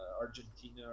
Argentina